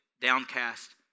downcast